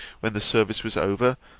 when the service was over,